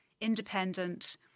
independent